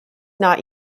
not